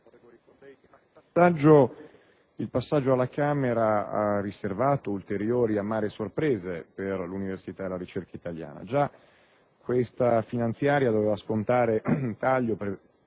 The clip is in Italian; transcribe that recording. il passaggio alla Camera ha riservato ulteriori amare sorprese per l'università e la ricerca italiane. Già questa finanziaria doveva scontare il taglio,